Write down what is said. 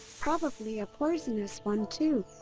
probably a poisonous one too.